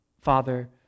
Father